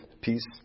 peace